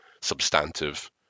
substantive